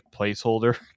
placeholder